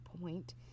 point